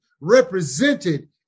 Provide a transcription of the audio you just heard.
represented